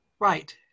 Right